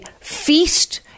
feast